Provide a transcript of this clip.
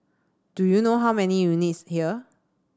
do you know how many units here